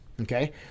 Okay